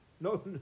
No